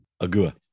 Agua